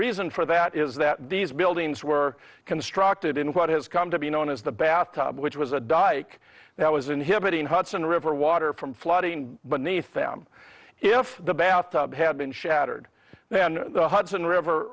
reason for that is that these buildings were constructed in what has come to be known as the bath tub which was a dye that was inhibiting hudson river water from flooding but naething them if the bathtub had been shattered then the hudson river